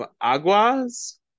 Agua's